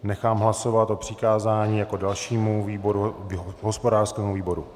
Nechám hlasovat o přikázání jako dalšímu výboru hospodářskému výboru.